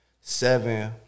Seven